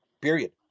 period